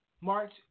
March